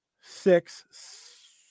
six